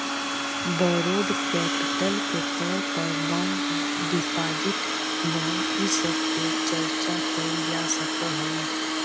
borrowed capital के तौर पर बॉन्ड डिपाजिट लोन इ सब के चर्चा कैल जा सकऽ हई